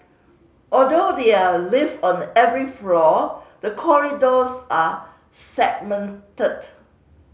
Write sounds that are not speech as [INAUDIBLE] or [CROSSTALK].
although there are lift on [UNINTELLIGIBLE] every floor the corridors are segmented